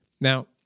Now